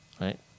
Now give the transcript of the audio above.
right